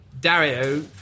Dario